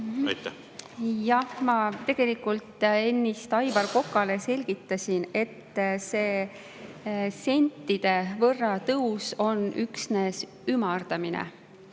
Jah, ma tegelikult ennist Aivar Kokale selgitasin, et see tõus sentide võrra on üksnes ümardamine,